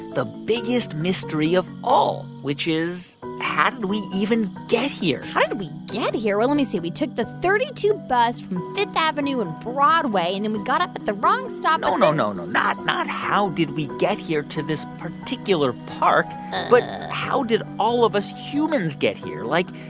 the biggest mystery of all, all, which is how did we even get here? how did we get here? well, let me see. we took the thirty two bus from fifth avenue and broadway. and then we got off at the wrong stop no, no, no, no. not not how did we get here to this particular park. but ah how did all of us humans get here? like,